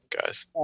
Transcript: guys